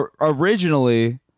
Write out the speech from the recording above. originally